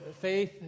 Faith